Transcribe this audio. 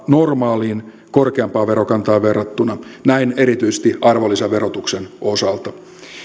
normaaliin korkeampaan verokantaan verrattuna näin erityisesti arvonlisäverotuksen osalta